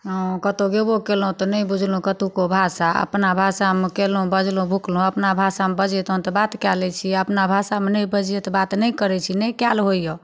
हँ कतहु गेबो केलहुँ तऽ नहि बुझलहुँ कतहुके भाषा अपना भाषामे केलहुँ बजलहुँ भुकलहुँ अपना भाषामे बजै तऽ बात कऽ लै छी अपना भाषामे नहि बजैए तऽ बात नहि करै छी नहि कएल होइए